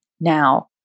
now